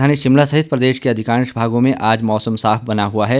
राजधानी शिमला सहित प्रदेश के अधिकांश भागों में आज मौसम साफ बना हुआ है